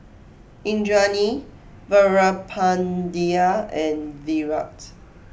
Indranee Veerapandiya and Virat